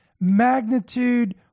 magnitude